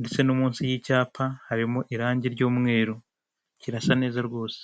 ndetse no munsi y'icyapa harimo irangi ry'umweru kirasa neza rwose.